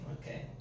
Okay